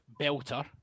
belter